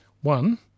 One